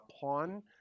pawn